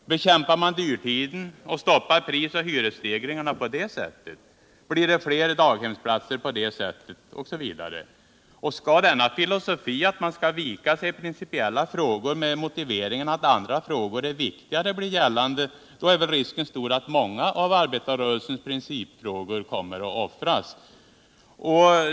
Bekämpar man dyrtiden och stoppar prisoch hyresstegringarna på det sättet? Blir det fler daghemsplatser på det sättet? Skall denna filosofi — att man skall vika sig i principiella frågor med motiveringen att andra frågor är viktigare — bli gällande, är väl risken stor att många av arbetarrörelsens principfrågor kommer att offras.